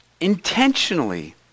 intentionally